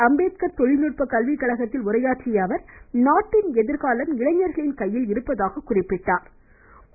அம்பேத்கர் தொழில்நுட்ப கல்விக்கழகத்தில் உரையாற்றிய அவர் நாட்டின் எதிர்காலம் இளைஞர்களின் கையில் இருப்பதாக குறிப்பிட்டா்